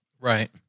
right